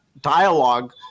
dialogue